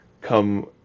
come